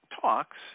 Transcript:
talks